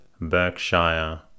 Berkshire